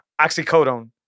oxycodone